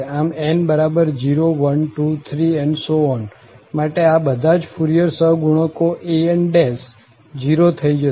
આમ n0123 માટે આ બધા જ ફુરિયર સહગુણકો ans 0 થઇ જશે